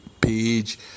page